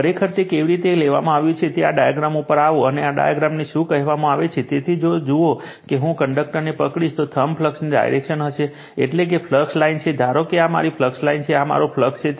ખરેખર તે કેવી રીતે લેવામાં આવ્યું કે જો આ ડાયાગ્રામ ઉપર આવો તો આ ડાયાગ્રામને શું કહેવામાં આવે છે તેથી જો જુઓ કે હું કંડક્ટરને પકડીશ તો થંબ ફ્લક્સની ડાયરેક્શન હશે એટલે કે ફ્લક્સ લાઇન છે ધારો કે આ મારી ફ્લક્સ લાઇન છે આ મારો ફ્લક્સ છે